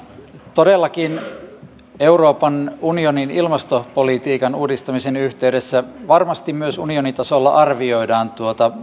todellakin euroopan unionin ilmastopolitiikan uudistamisen yhteydessä varmasti myös unionin tasolla arvioidaan